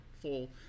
full